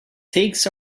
takes